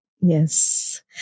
Yes